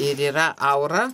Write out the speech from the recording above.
ir yra aura